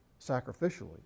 sacrificially